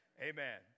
Amen